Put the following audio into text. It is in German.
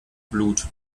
blut